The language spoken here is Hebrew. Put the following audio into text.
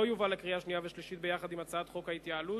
יובא לקריאה שנייה ושלישית ביחד עם הצעת חוק ההתייעלות,